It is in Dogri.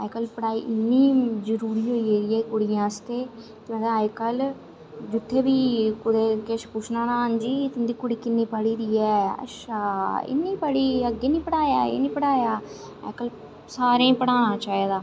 अज्जकल पढ़ाई इन्नी जरुरी होई गेदी ऐ कुड़ियें आस्तै अज्जकल जित्थै बी कुदै किश पुच्छना हां जी तुं'दी कुड़ी किन्नी पढ़ी दी ऐ अच्छा इन्नी पढ़ी दी ऐ अग्गें नेईं पढ़ाया एह् नेई पढ़ाया अज्जकल सारें गी पढ़ाना चाहिदा